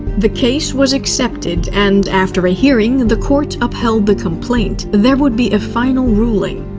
the case was accepted and, after a hearing, the court upheld the complaint. there would be a final ruling.